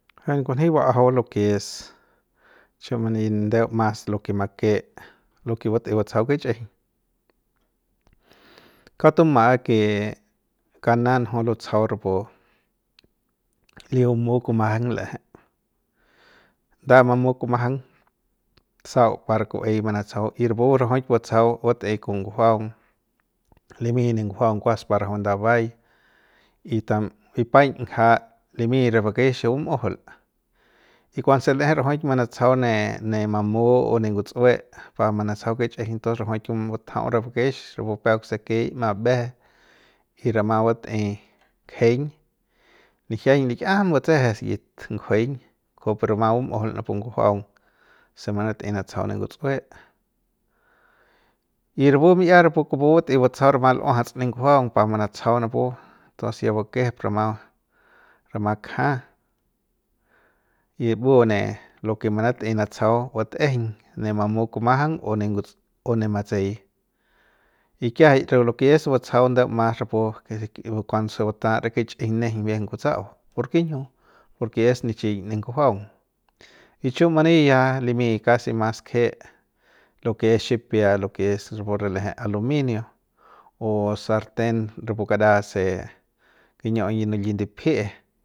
Buen kunji b'ajau lo ke es chiu mani ndeu mas lo ke make lo ke batei batsajau kichꞌijiñ kauk tum'a ke kanan jui lutsjau rapu li bumu kumajang l'eje nda mamu kumajang sau par ku'uey manatsajau y rapu rajuik batsjau bat'ei kon ngujuaung limi ne ngujuaung kuas par rajui ndabai y tam y paiñ ngjaik limi re bakex bm'ujul y kuanse l'eje rajui manatsjau ne ne mamu o ne nguts'ue pa pa manatsajau kichꞌijiñ tos rajuik bat'tajau re bakex rapu peuk se kei ma mbejen y rama bat'ey kjeiñ lijiañ likiajam batseje se yit ngujueiñ kujupu rama bum'ujul napu ngunjuaung se manatey natsajau ne nguts'ue y rapu mi'ia rapu kupu bat'ey batsajau rama l'uajats ne ngujuaung pa manatsajau napu tos ya vakejep rama kja'a y mbu ne lo ke manatei batsajau batꞌejeiñ ne mamu kumajang o ne nguts'u o ne matsey y kiajai de re lo ke es batsjau ndeu mas rapu ke de ke kuanse buta'a re kichꞌijiñ nejeiñ bien kutsa'au ¿por kinjiu? Por ke es nichiñ ne ngujuaung y chiu mani ya limy kasi mas kje lo ke es xipia, lo ke es rapu re lejep aluminio o sarten rapu kara se kiñiu yino li ndipji'i.